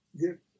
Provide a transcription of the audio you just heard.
get